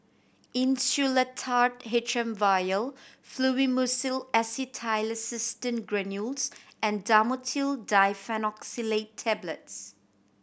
Insulatard H M Vial Fluimucil Acetylcysteine Granules and Dhamotil Diphenoxylate Tablets